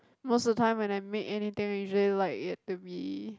most of time when I make anything usually like you have to be